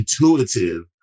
intuitive